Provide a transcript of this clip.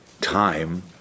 time